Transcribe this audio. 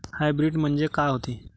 Hybrid म्हनजे का होते?